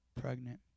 pregnant